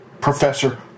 professor